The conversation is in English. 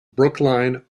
brookline